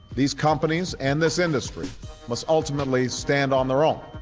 these companies and this industry must ultimately stand on their own.